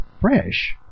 Fresh